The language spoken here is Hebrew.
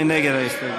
מי נגד ההסתייגות?